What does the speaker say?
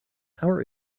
our